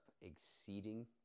exceeding